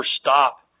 stop